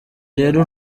rero